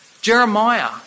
Jeremiah